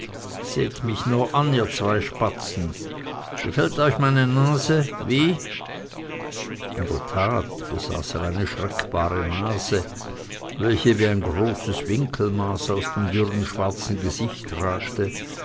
seht mich nur an ihr zwei spatzen gefällt euch meine nase wie in der tat besaß er eine schreckbare nase welche wie ein großes winkelmaß aus dem dürren schwarzen gesicht ragte